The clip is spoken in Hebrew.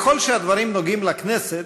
ככל שהדברים נוגעים לכנסת,